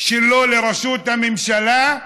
שלו לראשות הממשלה: